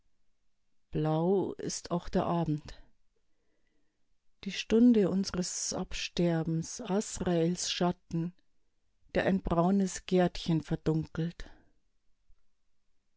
blau ist auch der abend die stunde unseres absterbens azraels schatten der ein braunes gärtchen verdunkelt